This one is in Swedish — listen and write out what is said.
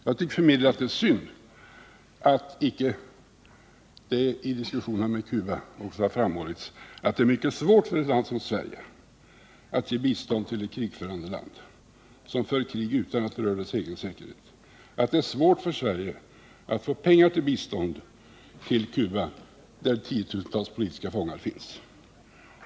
Jag tycker att det är synd att det i diskussionen om Cuba icke har framhållits att det är mycket svårt för ett land som Sverige att ge bistånd till ett land som för krig utan att det har med dess egen säkerhet att göra och att det är svårt för Sverige att få pengar till ett bistånd till Cuba, där det finns tiotusentals politiska fångar.